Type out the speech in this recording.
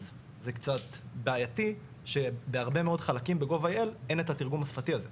אז זה קצת בעייתי שבהרבה מאוד חלקים ב- gov.ilאין את התרגום השפתי הזה,